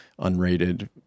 unrated